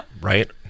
Right